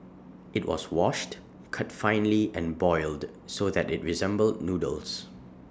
IT was washed cut finely and boiled so that IT resembled noodles